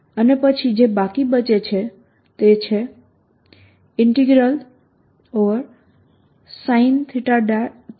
અને પછી જે બાકી બચે છે તે છે sinsinϕ|r R|ds4π3R3r2sinθ cosϕ